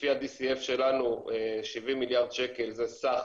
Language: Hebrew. לפי ה-DCF שלנו 70 מיליארד שקל זה סך